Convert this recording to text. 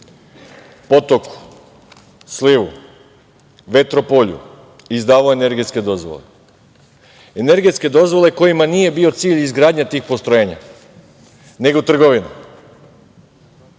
potoku, slivu, vetropolju izdavao energetske dozvole, energetske dozvole kojima nije bio cilj izgradnja tih postrojenja, nego trgovina.